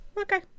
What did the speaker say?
okay